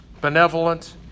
benevolent